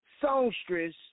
songstress